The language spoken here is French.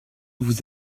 vous